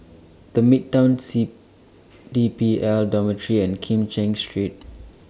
The Midtown C D P L Dormitory and Kim Cheng Street